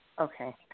Okay